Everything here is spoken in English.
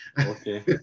Okay